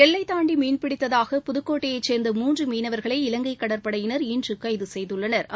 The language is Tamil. எல்லை தாண்டி மீன்பிடித்தாக புதுக்கோட்டையைச் சோ்ந்த மூன்று மீனவர்களை இலங்கை கடற்படையினா் இன்று கைது செய்துள்ளனா்